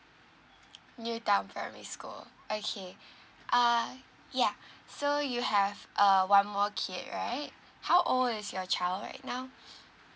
new town primary school okay err ya so you have uh one more kid right how old is your child right now